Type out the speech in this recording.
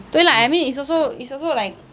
对 lah I mean it's also it's also like